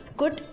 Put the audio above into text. good